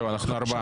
לא, אנחנו ארבעה.